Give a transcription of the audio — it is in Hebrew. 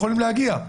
יכולים להגיע?